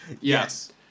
yes